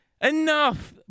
Enough